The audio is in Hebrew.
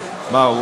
מה,